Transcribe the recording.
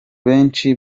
benshi